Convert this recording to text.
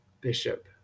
bishop